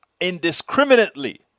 Indiscriminately